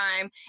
time